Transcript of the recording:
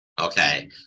okay